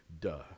Duh